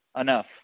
enough